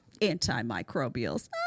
Antimicrobials